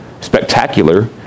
spectacular